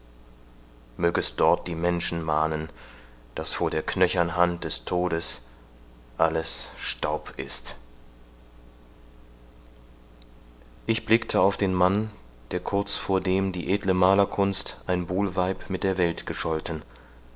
mög es dort die menschen mahnen daß vor der knöchern hand des todes alles staub ist ich blickte auf den mann der kurz vordem die edle malerkunst ein buhlweib mit der welt gescholten